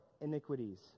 iniquities